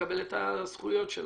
לקבל את הזכויות שלהם.